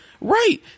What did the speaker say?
right